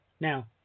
Now